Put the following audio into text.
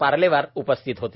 पार्लेवार उपस्थित होते